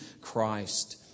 Christ